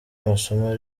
amasomo